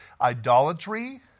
idolatry